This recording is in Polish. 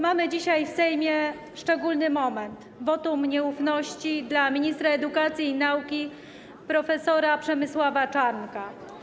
Mamy dzisiaj w Sejmie szczególny moment, wotum nieufności wobec ministra edukacji i nauki prof. Przemysława Czarnka.